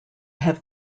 have